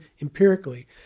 empirically